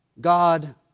God